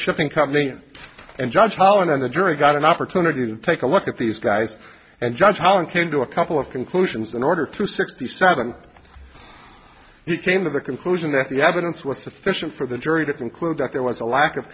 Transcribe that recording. shipping company and judge holland on the jury got an opportunity to take a look at these guys and judge holland came to a couple of conclusions in order to sixty seven he came to the conclusion that the evidence was sufficient for the jury to conclude that there was a lack of